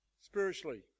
spiritually